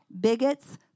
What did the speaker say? bigots